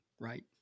right